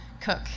cook